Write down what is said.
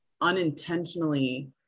unintentionally